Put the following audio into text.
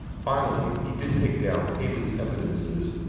finally he did take down paley's evidences,